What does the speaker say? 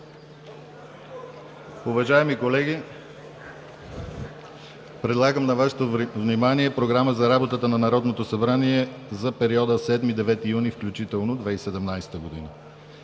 Уважаеми колеги, предлагам на Вашето внимание Програмата за работата на Народното събрание за периода 7 – 9 юни 2017 г.,